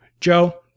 Joe